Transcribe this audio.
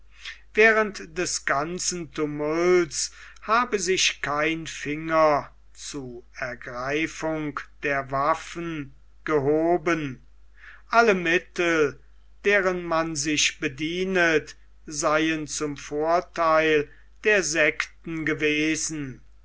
während des ganzen tumults habe sich kein finger zu ergreifung der waffen gehoben alle mittel deren man sich bedient seien zum vortheil der sekten gewesen